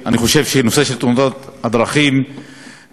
אני חושב שהנושא של תאונות הדרכים נוגע